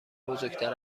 بزرگتر